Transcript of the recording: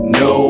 no